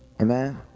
Amen